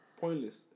pointless